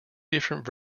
different